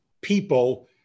people